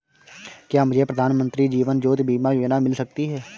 क्या मुझे प्रधानमंत्री जीवन ज्योति बीमा योजना मिल सकती है?